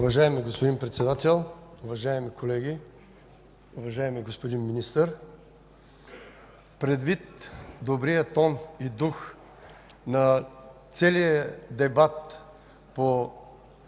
Уважаеми господин Председател, уважаеми колеги, уважаеми господин Министър! Предвид добрия тон и дух на целия дебат по